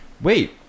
Wait